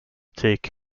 take